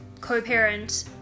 co-parent